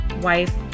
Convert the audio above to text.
wife